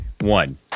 One